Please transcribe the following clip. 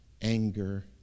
anger